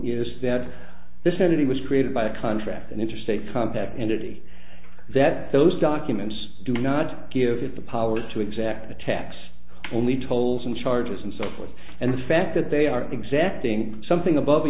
is that this entity was created by a contract an interstate compact entity that those documents do not give it the power to exact a tax only tolls and charges and so forth and the fact that they are exacting something above a